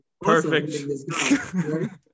perfect